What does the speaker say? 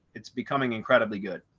it's becoming incredibly good.